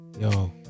Yo